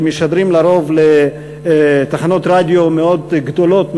שמשדרים לרוב לתחנות רדיו מאוד גדולות,